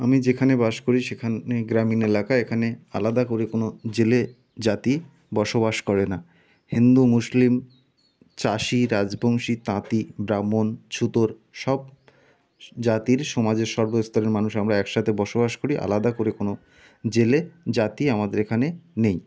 আমি যেখানে বাস করি সেখানে গ্রামীণ এলাকা এখানে আলাদা করে কোনো জেলে জাতি বসবাস করে না হিন্দু মুসলিম চাষি রাজবংশী তাঁতি ব্রাহ্মণ ছুতোর সব জাতির সমাজের সর্বস্তরের মানুষ আমরা একসাথে বসবাস করি আলাদা করে কোনো জেলে জাতি আমাদের এখানে নেই